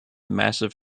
massive